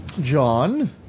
John